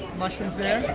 mushrooms there?